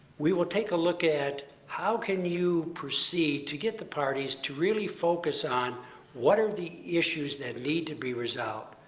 we will take a look at, how can you proceed to get the parties to really focus on what are the issues that need to be resolved.